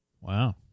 Wow